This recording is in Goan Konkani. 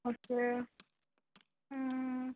अशें